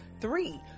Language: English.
Three